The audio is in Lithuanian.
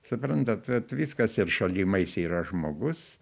suprantat vat viskas ir šalimais yra žmogus